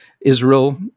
Israel